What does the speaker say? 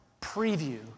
preview